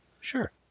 sure